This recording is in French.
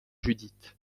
judith